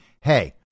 hey